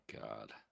God